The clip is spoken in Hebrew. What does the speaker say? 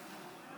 נתקבל.